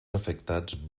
afectats